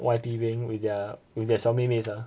Y_P beng with with their 小妹妹 lah